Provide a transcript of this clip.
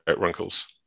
wrinkles